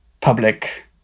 public